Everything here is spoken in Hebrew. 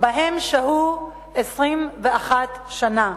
שבהן שהו 21 שנה